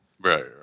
Right